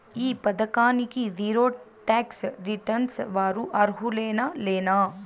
ఈ పథకానికి zero tax returns వారు అర్హులేనా లేనా?